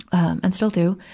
and still do.